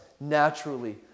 naturally